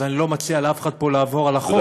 אז אני לא מציע לאף אחד פה לעבור על החוק,